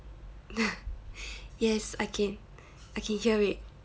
yes I can I can hear it